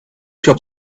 job